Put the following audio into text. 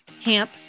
Camp